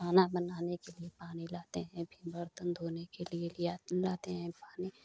खाना बनाने के लिए पानी लाते हैं फिर बर्तन धोने के लिए लाते हैं पानी